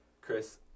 Chris